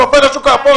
הוא נופל לשוק האפור,